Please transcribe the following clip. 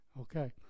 okay